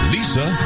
Lisa